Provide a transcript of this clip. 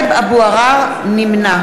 נמנע